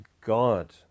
God